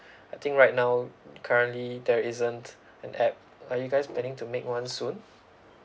I think right now currently there isn't an app are you guys planning to make one soon